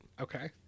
Okay